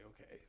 okay